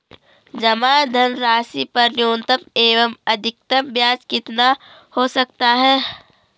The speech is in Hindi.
जमा धनराशि पर न्यूनतम एवं अधिकतम ब्याज कितना हो सकता है?